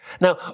Now